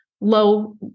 low